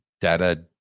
data